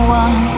one